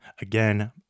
again